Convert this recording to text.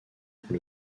pour